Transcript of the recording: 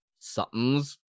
something's